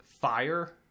fire